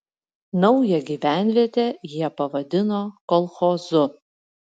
naują gyvenvietę jie pavadino kolchozu